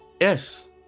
Yes